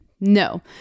No